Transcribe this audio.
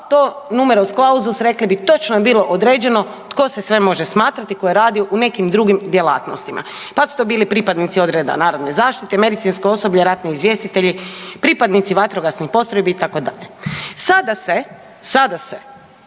to numerus clausus rekli bi točno je bilo određeno tko se sve može smatrati tko je radio u nekim drugim djelatnostima, pa su to bili pripadnicima odreda narodne zaštite, medicinsko osoblje, ratni izvjestitelji, pripadnici vatrogasnih postrojbi itd., sada se, sada se